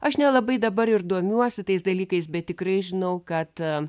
aš nelabai dabar ir domiuosi tais dalykais bet tikrai žinau kad